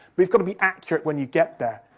you've got to be accurate when you get there.